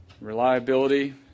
Reliability